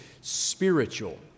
spiritual